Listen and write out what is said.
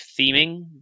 theming